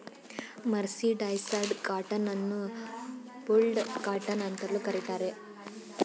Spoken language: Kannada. ಮರ್ಸಿಡೈಸಡ್ ಕಾಟನ್ ಅನ್ನು ಫುಲ್ಡ್ ಕಾಟನ್ ಅಂತಲೂ ಕರಿತಾರೆ